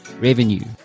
revenue